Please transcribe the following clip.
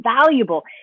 valuable